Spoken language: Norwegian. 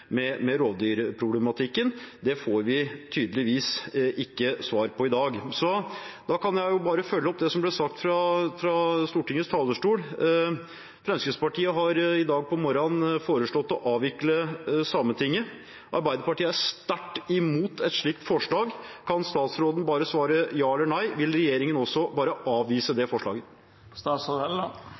rovdyrproblematikken. Det får vi tydeligvis ikke svar på i dag. Da kan jeg følge opp det som ble sagt fra Stortingets talerstol. Fremskrittspartiet har på morgenen i dag foreslått å avvikle Sametinget. Arbeiderpartiet er sterkt imot et slikt forslag. Kan statsråden svare ja eller nei på at regjeringen bare vil avvise det